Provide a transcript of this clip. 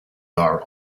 are